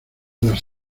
las